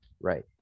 right